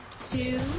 Two